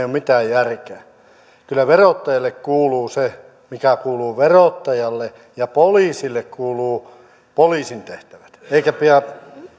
ole mitään järkeä kyllä verottajalle kuuluu se mikä kuuluu verottajalle ja poliisille kuuluvat poliisin tehtävät eikä pidä